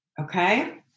okay